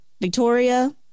Victoria